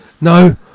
...no